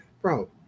bro